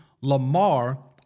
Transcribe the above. Lamar